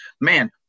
man